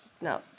no